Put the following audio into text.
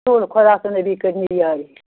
تُل خۄدا تہٕ نبی کٔرۍنَے یٲری